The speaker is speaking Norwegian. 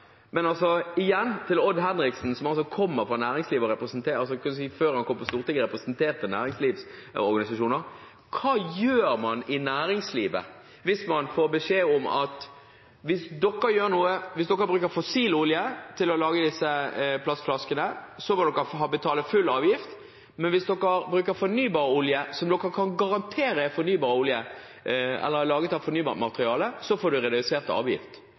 Men igjen til representanten Odd Henriksen, som før han kom på Stortinget, representerte en næringslivsorganisasjon. Hva gjør man i næringslivet hvis man får beskjed om at hvis dere bruker fossil olje til å lage disse plastflaskene, skal dere betale full avgift, men hvis dere bruker fornybar olje, som dere kan garantere er fornybar olje, eller flaskene er laget av fornybart materiale, så får dere redusert avgift?